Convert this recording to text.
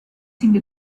seemed